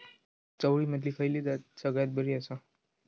चवळीमधली खयली जात सगळ्यात बरी आसा?